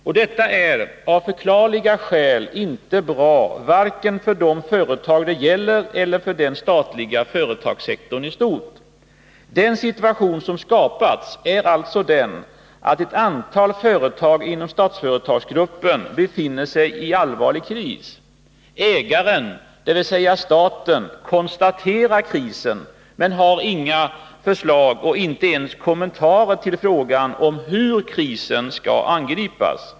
Och detta är av förklarliga skäl inte bra, varken för de företag det gäller eller för den statliga företagssektorn i stort. Den situation som skapats är alltså den, att ett antal företag inom Statsföretagsgruppen befinner sig i allvarlig kris. Ägaren, staten, konstaterar krisen, men har inga förslag och inte ens kommentarer till frågan om hur krisen skall angripas.